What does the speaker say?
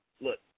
Look